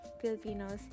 Filipinos